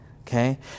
okay